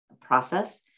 process